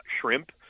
shrimp